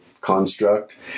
construct